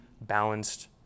balanced